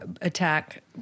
attack